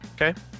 okay